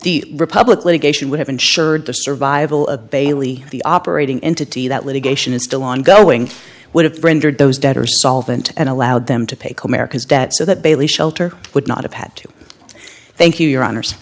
the republic litigation would have ensured the survival of bailey the operating entity that litigation is still ongoing would have rendered those debtor solvent and allowed them to pay his debt so that bailey shelter would not have had to thank you your honors